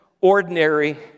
ordinary